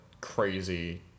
crazy